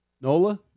NOLA